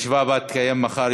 הישיבה הבאה תתקיים מחר,